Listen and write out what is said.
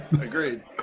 Agreed